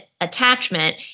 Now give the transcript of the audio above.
attachment